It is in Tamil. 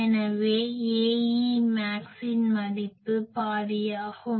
எனவே Aemaxஇன் மதிப்பு பாதியாகும்